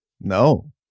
No